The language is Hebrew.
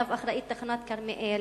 שעליו אחראית תחנת כרמיאל,